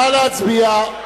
נא להצביע.